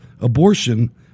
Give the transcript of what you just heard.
abortion